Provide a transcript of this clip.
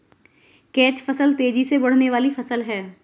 catch फसल तेजी से बढ़ने वाली फसल है